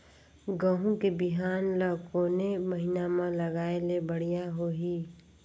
गहूं के बिहान ल कोने महीना म लगाय ले बढ़िया होही?